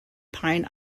pine